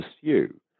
pursue